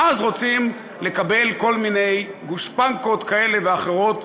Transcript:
ואז רוצים לקבל כל מיני גושפנקות כאלה ואחרות,